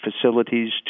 facilities